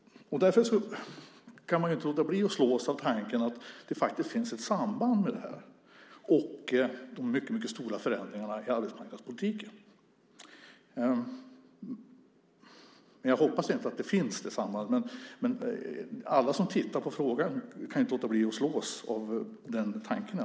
Man kan inte låta bli att slås av tanken att det finns ett samband mellan detta och de mycket stora förändringarna i arbetsmarknadspolitiken. Jag hoppas att det inte finns något samband, men de som tittar på frågan kan inte annat än slås av den tanken.